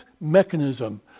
mechanism